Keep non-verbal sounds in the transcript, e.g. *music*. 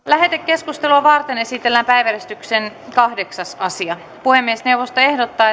*unintelligible* lähetekeskustelua varten esitellään päiväjärjestyksen kahdeksas asia puhemiesneuvosto